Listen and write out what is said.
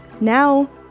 Now